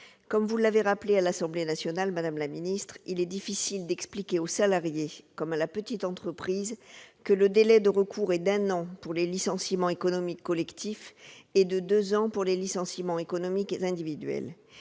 Comme vous l'avez rappelé à l'Assemblée nationale, madame la ministre, il est difficile d'expliquer au salarié ou à la petite entreprise que le délai de recours est d'un an pour les licenciements économiques collectifs et de deux ans pour les licenciements économiques individuels.